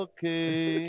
Okay